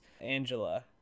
Angela